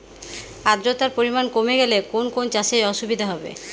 আদ্রতার পরিমাণ কমে গেলে কোন কোন চাষে অসুবিধে হবে?